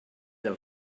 del